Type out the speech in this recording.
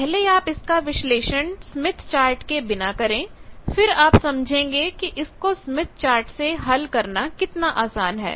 पहले आप इसका विश्लेषण स्मिथ चार्ट के बिना करें फिर आप समझेंगे कि इसको स्मिथ चार्ट से हल करना कितना आसान है